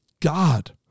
God